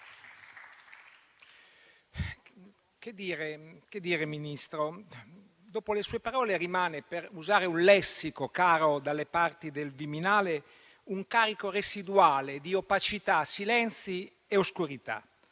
Che dire, Ministro? Dopo le sue parole rimane - per usare un lessico caro dalle parti del Viminale - un carico residuale di opacità, silenzi e oscurità.